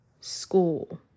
school